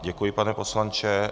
Děkuji, pane poslanče.